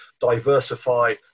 diversify